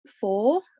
four